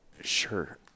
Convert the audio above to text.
Sure